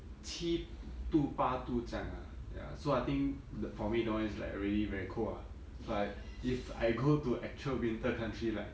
七度八度这样 ah ya so I think the for me that one is like already very cold ah so I if I go to actual winter country like